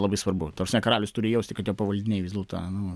labai svarbu ta prasme karalius turi jausti kad jo pavaldiniai vis dėlto nu